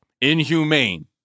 inhumane